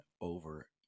over